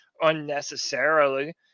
unnecessarily